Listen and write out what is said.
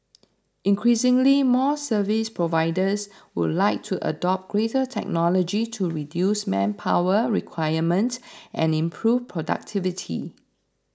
increasingly more service providers would like to adopt greater technology to reduce manpower requirement and improve productivity